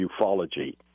ufology